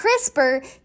CRISPR